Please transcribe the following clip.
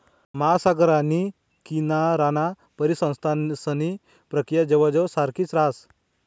महासागर आणि किनाराना परिसंस्थांसनी प्रक्रिया जवयजवय सारखीच राहस